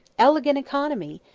elegant economy!